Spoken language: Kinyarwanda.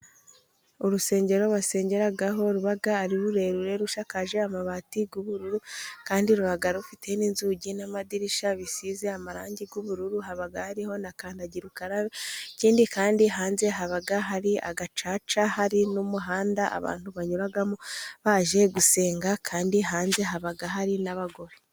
Urusengero basengeraho ruba ari rurerure, rusakaje amabati y'ubururu kandi ruba rufite n'inzugi n'amadirishya, bisize amarangi y'ubururu, haba hariho na kandagira ukarabe, ikindi kandi hanze haba hari agacaca, hari n'umuhanda abantu banyuramo, baje gusenga kandi hanze haba hari n'abagore.